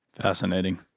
Fascinating